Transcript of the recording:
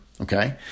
Okay